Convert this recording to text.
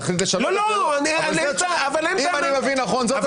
נחליט לשנות את זה אם אני מבין נכון זאת